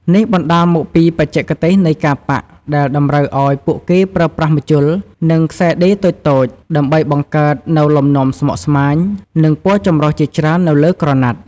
នេះបណ្ដាលមកពីបច្ចេកទេសនៃការប៉ាក់ដែលតម្រូវឱ្យពួកគេប្រើប្រាស់ ម្ជុល និងខ្សែដេរតូចៗ ដើម្បីបង្កើតនូវលំនាំស្មុគស្មាញ និងពណ៌ចម្រុះជាច្រើននៅលើក្រណាត់។